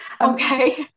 okay